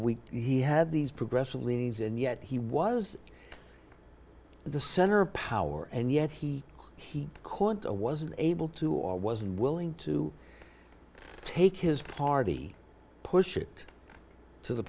he had these progressive lives and yet he was the center of power and yet he he couldn't a wasn't able to or wasn't willing to take his party push it to the